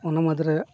ᱚᱱᱟ ᱢᱩᱫᱽᱨᱮ